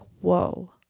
whoa